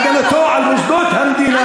הוציא את העם להגנה על מוסדות המדינה.